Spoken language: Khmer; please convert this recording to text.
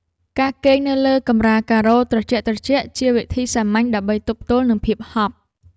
ការគេងនៅលើកម្រាលការ៉ូត្រជាក់ៗ ជាវិធីសាមញ្ញដើម្បីទប់ទល់នឹងភាពហប់។